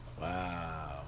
Wow